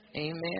Amen